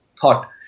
thought